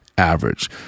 average